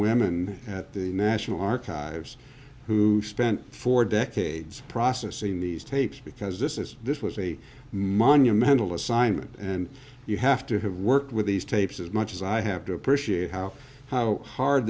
women at the national archives who spent four decades processing these tapes because this is this was a monumental assignment and you have to have worked with these tapes as much as i have to appreciate how how hard